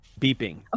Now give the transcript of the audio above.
beeping